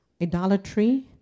Idolatry